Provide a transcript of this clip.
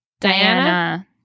Diana